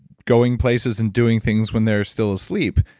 going places and doing things when they're still asleep.